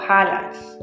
Highlights